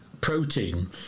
protein